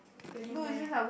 really meh